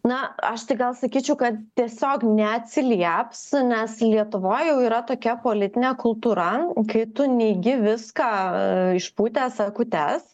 na aš tai gal sakyčiau kad tiesiog neatsilieps nes lietuvoj jau yra tokia politinė kultūra kai tu neigi viską išpūtęs akutes